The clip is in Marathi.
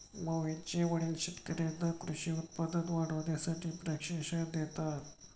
मोहितचे वडील शेतकर्यांना कृषी उत्पादन वाढवण्यासाठी प्रशिक्षण देतात